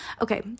Okay